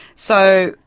so,